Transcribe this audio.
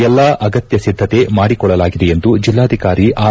ಎಲ್ಲಾ ಅಗತ್ಯ ಸಿದ್ದತೆ ಮಾಡಿಕೊಳ್ಳಲಾಗಿದೆ ಎಂದು ಜಿಲ್ಲಾಧಿಕಾರಿ ಆರ್